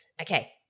Okay